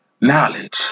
knowledge